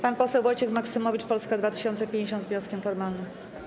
Pan poseł Wojciech Maksymowicz, Polska 2050, z wnioskiem formalnym.